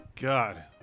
God